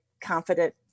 confident